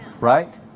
Right